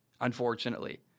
unfortunately